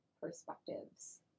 perspectives